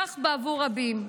כך בעבור רבים.